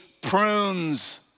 prunes